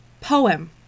poem